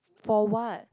for what